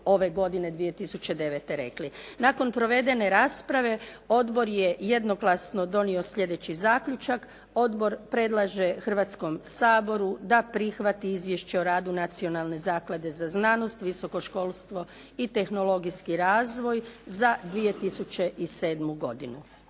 ove godine 2009. rekli. Nakon provedene rasprave odbor je jednoglasno donio sljedeći zaključak. Odbor predlaže Hrvatskom saboru da prihvati Izvješće o radu Nacionalne zaklade za znanost, visoko školstvo i tehnologijski razvoj za 2007. godinu.